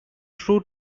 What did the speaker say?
true